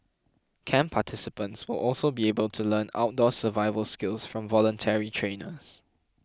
camp participants will also be able to learn outdoor survival skills from voluntary trainers